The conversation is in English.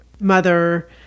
mother